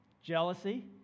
Jealousy